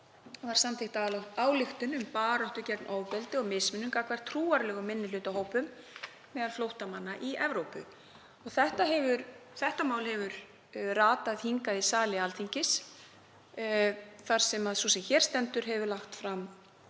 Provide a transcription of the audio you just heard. var samþykkt ályktun um baráttu gegn ofbeldi og mismunun gagnvart trúarlegum minnihlutahópum meðal flóttamanna í Evrópu. Þetta mál hefur ratað hingað í sali Alþingis þar sem sú sem hér stendur hefur lagt fram